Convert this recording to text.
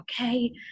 okay